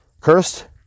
cursed